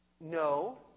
no